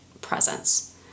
presence